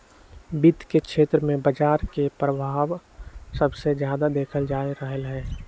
वित्त के क्षेत्र में बजार के परभाव सबसे जादा देखल जा रहलई ह